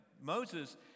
Moses